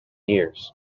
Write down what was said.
years